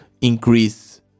increase